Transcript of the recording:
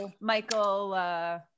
Michael